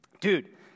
dude